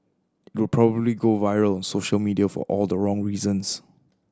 it would probably go viral social media for all the wrong reasons